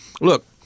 look